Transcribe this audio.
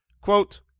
quote